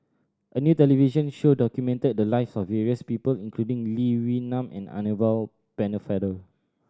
a new television show documented the lives of various people including Lee Wee Nam and Annabel Pennefather